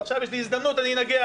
ועכשיו יש לי הזדמנות אז אנגח.